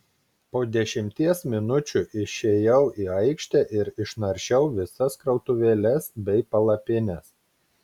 po dešimties minučių išėjau į aikštę ir išnaršiau visas krautuvėles bei palapines